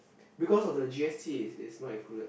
because of the G_S_T is is not included